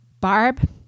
barb